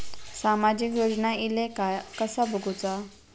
सामाजिक योजना इले काय कसा बघुचा?